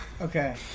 Okay